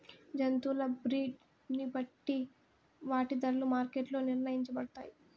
జంతువుల బ్రీడ్ ని బట్టి వాటి ధరలు మార్కెట్ లో నిర్ణయించబడతాయి